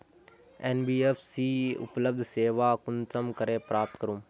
NBFC उपलब्ध सेवा कुंसम करे प्राप्त करूम?